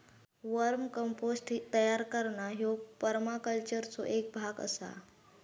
वर्म compost तयार करणा ह्यो परमाकल्चरचो एक भाग आसा